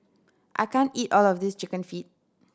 I can't eat all of this Chicken Feet